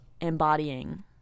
embodying